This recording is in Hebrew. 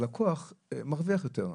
הלקוח מרוויח יותר.